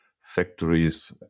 factories